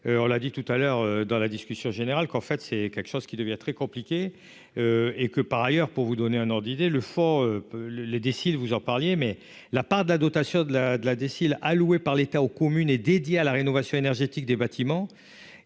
on l'a dit tout à l'heure dans la discussion générale qu'en fait, c'est quelque chose qui devient très compliqué et que par ailleurs, pour vous donner un an idée le faut le les décide, vous en parliez, mais la part de la dotation de la de la déciles alloués par l'État aux communes et dédié à la rénovation énergétique des bâtiments